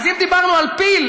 אז אם דיברנו על פיל,